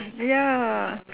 ya